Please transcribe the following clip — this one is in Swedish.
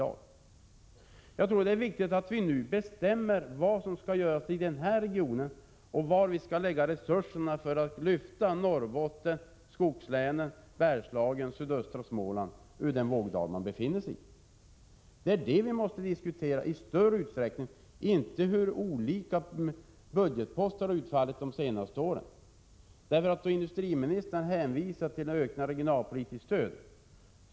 Jag tror att det är viktigt att vi nu bestämmer vad som skall göras i den här regionen och var vi skall lägga resurserna för att lyfta upp Norrbotten, skogslänen, Bergslagen och sydöstra Småland ur den vågdal de befinner sig i. Det är det vi måste diskutera i större utsträckning, inte hur olika budgetposter har utfallit under den senaste åren. Industriministern hänvisar till en ökning av det regionpolitiska stödet.